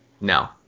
No